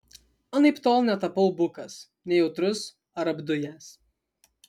anaiptol netapau bukas nejautrus ar apdujęs